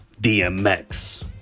DMX